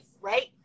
right